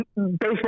Baseball